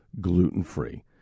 gluten-free